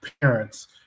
parents